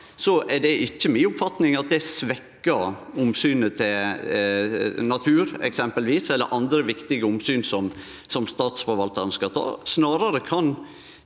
er det ikkje mi oppfatning at det svekkjer omsynet til eksempelvis natur eller andre viktige omsyn som statsforvaltaren skal ta.